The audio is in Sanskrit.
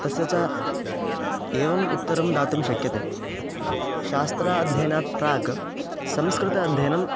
तस्य च एवम् उत्तरं दातुं शक्यते शास्त्राध्ययनात् प्राक् संस्कृत अध्ययनं